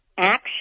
action